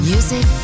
Music